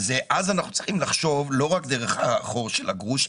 אז אנחנו צריכים לחשוב לא רק דרך החור של הגרוש,